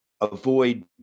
avoid